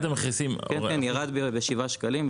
ירד בשבעה שקלים,